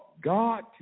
God